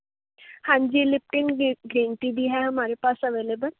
ਹਾਂਜੀ ਲਿਪਟਿੰਗ ਗੀ ਗਰੀਨ ਟੀ ਭੀ ਹੈ ਹਮਾਰੇ ਪਾਸ ਅਵੇਲੇਬਲ